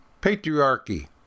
Patriarchy